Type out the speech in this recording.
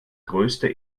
größte